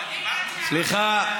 סליחה.